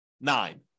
nine